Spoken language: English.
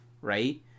right